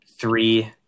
three